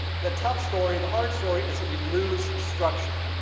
the tough story the hard story is that we lose structure.